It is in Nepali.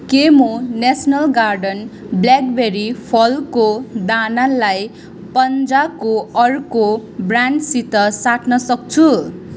के म नेसनल गार्डन ब्ल्याकबेरी फलको दानालाई पन्जाको अर्को ब्रान्डसित साट्नसक्छु